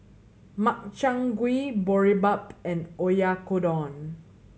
Makchang Gui Boribap and Oyakodon